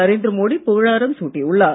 நரேந்திர மோடி புகழாரம் சூட்டியுள்ளார்